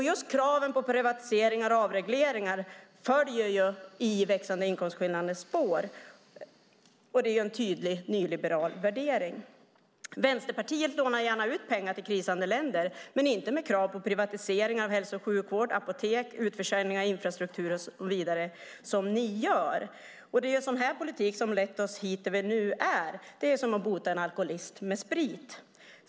Just kraven på privatiseringar och avregleringar följer ju i växande inkomstskillnaders spår, och det är en tydlig nyliberal värdering. Vänsterpartiet lånar gärna ut pengar till krisande länder, men inte med krav på privatisering av hälso och sjukvård och apotek eller på utförsäljning av infrastruktur och så vidare som ni gör. Det är den politiken som lett oss dit vi nu är. Det är som att bota en alkoholist med sprit.